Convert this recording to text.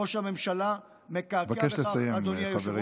ראש הממשלה מקעקע בכך, מבקש לסיים, חברי.